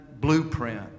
blueprint